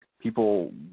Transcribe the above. people